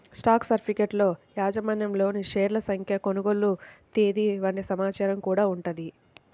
stock సర్టిఫికెట్లలో యాజమాన్యంలోని షేర్ల సంఖ్య, కొనుగోలు తేదీ వంటి సమాచారం గూడా ఉంటది